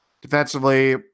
defensively